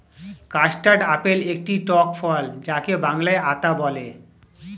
custard apple একটি টক ফল যাকে বাংলায় আতা বলে